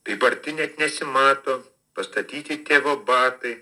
taip arti net nesimato pastatyti tėvo batai